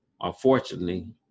unfortunately